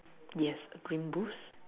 yes green boost